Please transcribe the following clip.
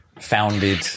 founded